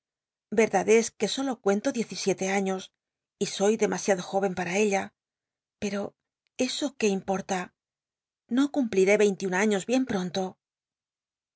es que solo cuento diez y siete aiíos y soy demasiado jóyen para ella pero eso c ué importa no cumpliré vcintiun aiíos bien pronto casi